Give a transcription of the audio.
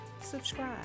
subscribe